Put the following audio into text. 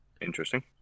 Interesting